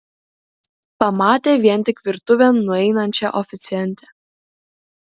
pamatė vien tik virtuvėn nueinančią oficiantę